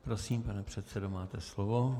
Prosím, pane předsedo, máte slovo.